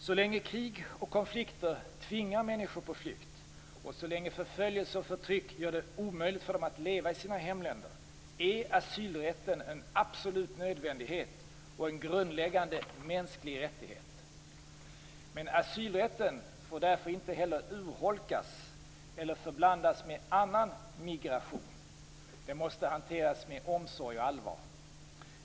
Så länge krig och konflikter tvingar människor på flykt och så länge förföljelse och förtryck gör det omöjligt för dem att leva i sina hemländer är asylrätten en absolut nödvändighet och en grundläggande mänsklig rättighet. Men asylrätten får därför inte heller urholkas eller förblandas med annan migration. Den måste hanteras med omsorg och allvar.